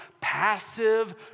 passive